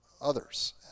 others